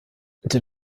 der